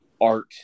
art